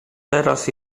teraz